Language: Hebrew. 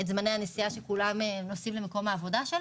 זמני הנסיעה שנוסעים למקומות העבודה.